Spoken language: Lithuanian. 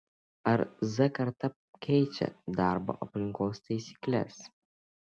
ar z karta keičia darbo aplinkos taisykles